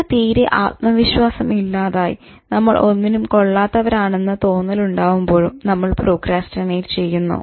നമുക്ക് തീരെ ആത്മവിശ്വാസം ഇല്ലാതായി നമ്മൾ ഒന്നിനും കൊള്ളാത്തവരാണെന്ന തോന്നൽ ഉണ്ടാവുമ്പോഴും നമ്മൾ പ്രോക്രാസ്റ്റിനേറ്റ് ചെയ്യുന്നു